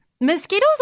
Mosquitoes